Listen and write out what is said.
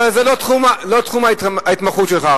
אבל זה לא תחום ההתמחות שלך,